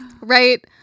Right